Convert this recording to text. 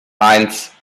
eins